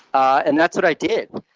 and that's what i did.